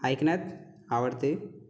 ऐकण्यात आवडते